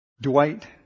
Dwight